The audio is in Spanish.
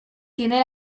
tiene